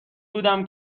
بودم